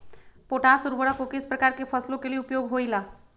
Potash उर्वरक को किस प्रकार के फसलों के लिए उपयोग होईला?